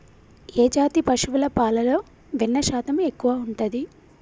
ఏ జాతి పశువుల పాలలో వెన్నె శాతం ఎక్కువ ఉంటది?